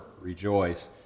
rejoice